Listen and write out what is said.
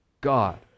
God